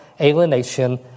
alienation